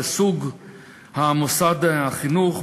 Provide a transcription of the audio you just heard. בסוג מוסד החינוך,